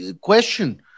question